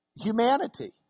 Humanity